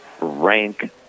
rank